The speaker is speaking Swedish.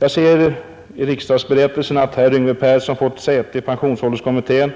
Jag ser av riksdagsberättelsen att herr Yngve Persson fått säte i pensionsålderkommittén